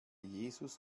jesus